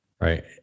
right